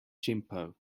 gimpo